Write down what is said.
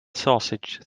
sausage